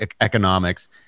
economics